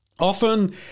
Often